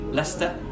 Leicester